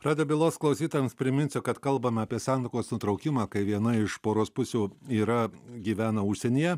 radijo bylos klausytojams priminsiu kad kalbame apie santuokos nutraukimą kai viena iš poros pusių yra gyvena užsienyje